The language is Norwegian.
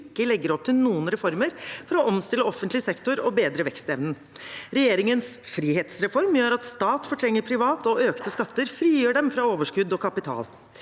ikke legger opp til noen reformer for å omstille offentlig sektor og bedre vekstevnen. Regjeringens frihetsreform gjør at stat fortrenger privat, og økte skatter frigjør dem fra overskudd og kapital.